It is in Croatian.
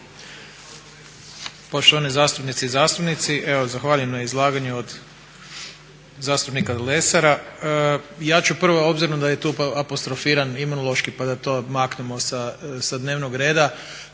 poštovane zastupnice i zastupnici. Evo zahvaljujem na izlaganju od zastupnika Lesara. Ja ću prvo obzirom da je tu apostrofiran imunološki pa da to maknemo sa dnevnog reda.